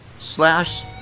slash